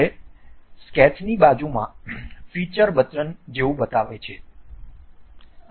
હવે સ્કેચની બાજુમાં ફીચર બટન જેવું કંઈક છે